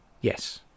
Yes